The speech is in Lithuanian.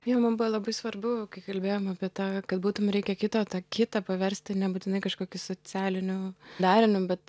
ir mum buvo labai svarbu kai kalbėjom apie tą kad būtum reikia kito tą kitą paversti nebūtinai kažkokį socialiniu dariniu bet